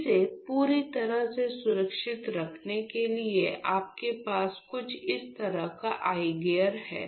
इसे पूरी तरह से सुरक्षित रखने के लिए आपके पास कुछ इस तरह का आई गियर है